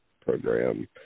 program